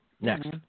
next